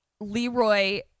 Leroy